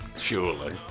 surely